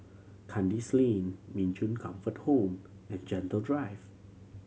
Kandis Lane Min Chong Comfort Home and Gentle Drive